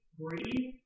breathe